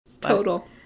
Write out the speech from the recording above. Total